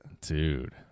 dude